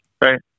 right